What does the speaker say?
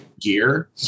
gear